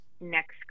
next